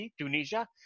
Tunisia